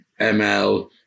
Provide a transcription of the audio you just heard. ML